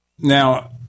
Now